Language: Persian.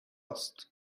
است